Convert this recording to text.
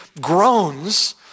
groans